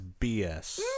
BS